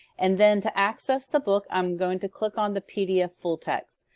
and then to access the book, i'm going to click on the pdf full text.